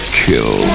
kill